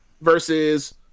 versus